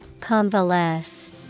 Convalesce